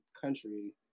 country